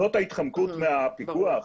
זאת ההתחמקות מהפיקוח?